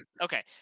okay